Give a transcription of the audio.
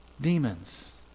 demons